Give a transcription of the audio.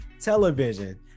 television